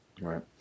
Right